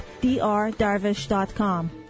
drdarvish.com